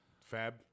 Fab